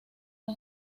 una